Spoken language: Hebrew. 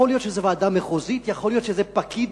יכול להיות שזה ועדה מחוזית, יכול להיות שזה פקיד